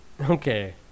Okay